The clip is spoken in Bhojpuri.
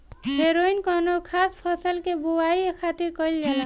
हैरोइन कौनो खास फसल के बोआई खातिर कईल जाला